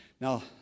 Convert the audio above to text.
Now